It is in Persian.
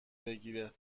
بگیره